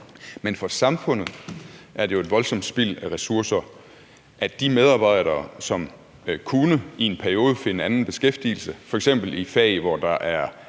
Men for samfundet er det her jo et voldsomt spild af ressourcer. Altså, de her medarbejdere kunne i en periode finde anden beskæftigelse, f.eks. i fag, hvor der er